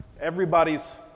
everybody's